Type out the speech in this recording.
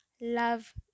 love